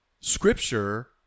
Scripture